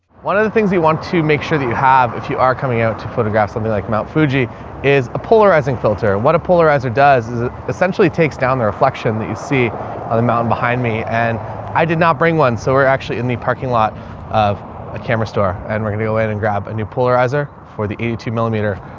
one of the things you want to make sure that you have if you are coming out to photograph something like mount fuji is a polarizing filter. what a polarizer does is it essentially takes down the reflection that you see on the mountain behind me and i did not bring one. so we're actually in the parking lot of a camera store and we're going to go ahead and grab a new polarizer for the eighty two millimeter, ah,